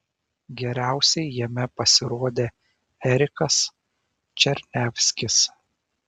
geriausiai jame pasirodė erikas černiavskis